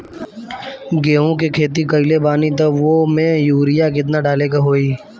गेहूं के खेती कइले बानी त वो में युरिया केतना डाले के होई?